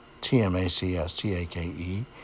T-M-A-C-S-T-A-K-E